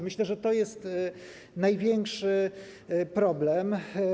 Myślę, że to jest największy problem.